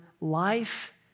life